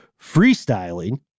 freestyling